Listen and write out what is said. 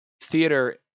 theater